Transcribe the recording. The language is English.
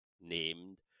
named